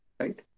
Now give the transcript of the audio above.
right